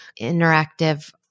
interactive